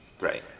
Right